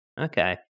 Okay